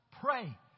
Pray